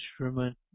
instrument